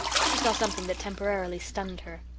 she saw something that temporarily stunned her.